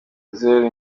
zero